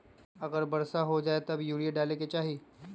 अगर वर्षा हो जाए तब यूरिया डाले के चाहि?